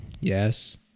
Yes